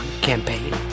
campaign